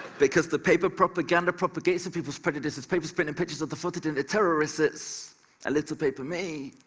because the paper propaganda propagates the people's prejudices, papers printing pictures of the photogenic terrorists. a little paper me.